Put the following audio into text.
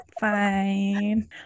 Fine